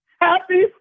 Happy